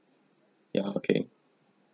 ya okay